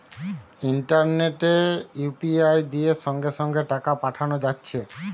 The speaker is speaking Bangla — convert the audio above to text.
ইন্টারনেটে ইউ.পি.আই দিয়ে সঙ্গে সঙ্গে টাকা পাঠানা যাচ্ছে